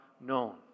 known